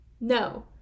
no